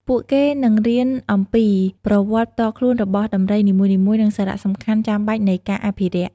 ពួកគេនឹងរៀនអំពី ប្រវត្តិផ្ទាល់ខ្លួនរបស់ដំរីនីមួយៗ និងសារៈសំខាន់ចាំបាច់នៃការអភិរក្ស។